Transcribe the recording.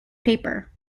paper